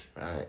right